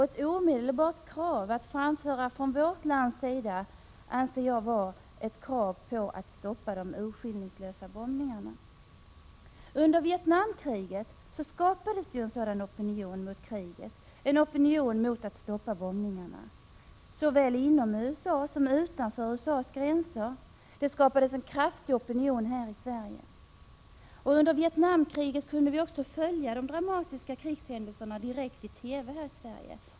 Ett omedelbart krav att framföra från vårt land anser jag vara ett krav på att de urskillningslösa bombningarna skall stoppas. Under Vietnamkriget skapades en sådan opinion mot kriget, en opinion för att stoppa bombningarna såväl inom USA som utanför USA:s gränser. Det skapades en kraftig opinion här i Sverige. Under Vietnamkriget kunde vi också följa de dramatiska krigshändelserna direkt i TV här i Sverige.